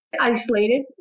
isolated